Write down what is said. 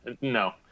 No